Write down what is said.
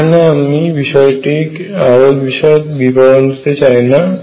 এখানে আমি বিষযটির আরো বিষদ বিবরণ দিতে চাই না